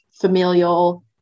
familial